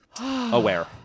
aware